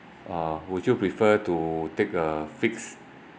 uh would you prefer to take a fixed